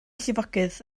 llifogydd